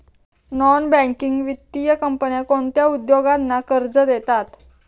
Non banking वित्तीय कंपन्या कोणत्या उद्योगांना कर्ज देतात?